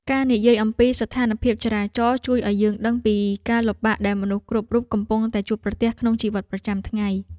ការនិយាយអំពីស្ថានភាពចរាចរណ៍ជួយឱ្យយើងដឹងពីការលំបាកដែលមនុស្សគ្រប់រូបកំពុងតែជួបប្រទះក្នុងជីវិតប្រចាំថ្ងៃ។